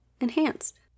Enhanced